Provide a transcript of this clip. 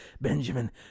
Benjamin